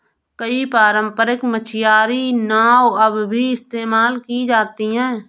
कई पारम्परिक मछियारी नाव अब भी इस्तेमाल की जाती है